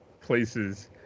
places